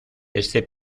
este